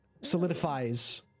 solidifies